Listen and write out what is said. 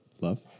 Love